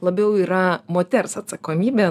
labiau yra moters atsakomybė